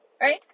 right